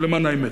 למען האמת: